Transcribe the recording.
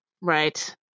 Right